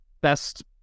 best